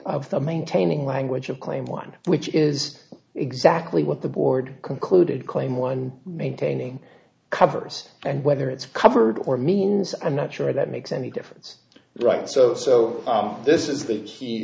the maintaining language of claim one which is exactly what the board concluded claim one maintaining covers and whether it's covered or means i'm not sure that makes any difference right so so this is